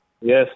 Yes